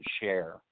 share